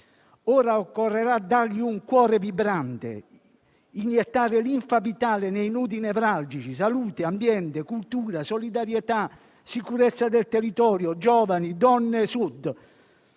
Ora occorrerà dargli un cuore vibrante, iniettare linfa vitale nei nodi nevralgici: salute, ambiente, cultura, solidarietà, sicurezza del territorio, giovani, donne e Sud.